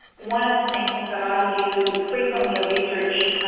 one of the things that i do frequently, a research